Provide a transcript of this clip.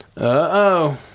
Uh-oh